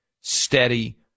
steady